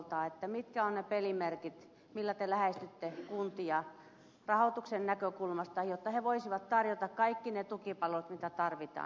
mitkä ovat ne pelimerkit millä te lähestytte kuntia rahoituksen näkökulmasta jotta ne voisivat tarjota kaikki ne tukipalot mitä tarvitaan